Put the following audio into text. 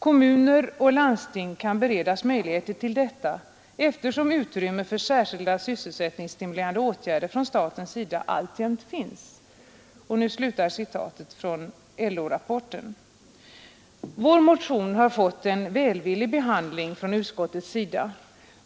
Kommuner och landsting kan beredas möjligheter till detta eftersom utrymme för särskilda sysselsättningsstimulerande åtgärder från statens sida alltjämt finns.” Vår motion har fått en välvillig behandling från utskottets sida.